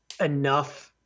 enough